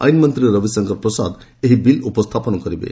ଆଇନ୍ ମନ୍ତ୍ରୀ ରବିଶଙ୍କର ପ୍ରସାଦ ଏହି ବିଲ୍ ଉପସ୍ଥାପନ କରିବେ